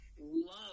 love